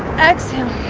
exhale